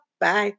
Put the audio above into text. Bye